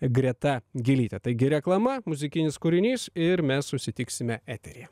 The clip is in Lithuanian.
greta gylyte taigi reklama muzikinis kūrinys ir mes susitiksime eteryje